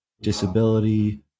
disability